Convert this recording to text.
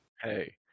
Hey